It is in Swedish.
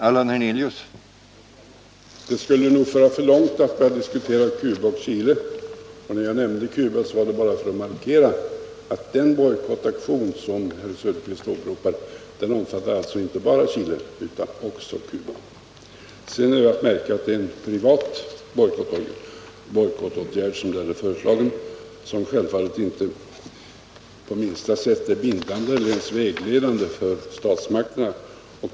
Herr talman! Det skulle nog föra alltför långt att här börja diskutera inte bara Chile utan också Cuba. Anledningen till att jag här nämnde Cuba var bara att jag ville markera att den bojkottaktion som herr Söderqvist åberopar inte bara omfattar Chile utan också Cuba. Det är att märka att det är en privat bojkottåtgärd som är föreslagen, och den är självfallet inte på minsta sätt bindande eller ens vägledande för statsmakterna.